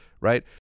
right